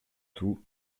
tout